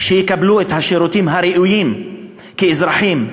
לקבל את השירותים הראויים כאזרחים,